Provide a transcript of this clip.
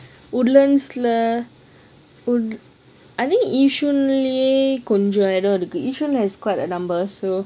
woodlands I think yishun lah கொஞ்ச இடம் இருக்கு:konja edam irukku yishun has quite a number also